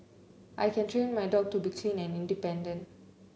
I can train my dog to be clean and independent